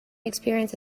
experience